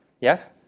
Yes